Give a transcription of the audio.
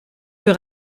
für